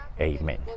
Amen